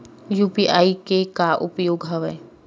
UPI के का उपयोग हवय?